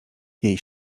jej